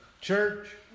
church